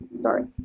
sorry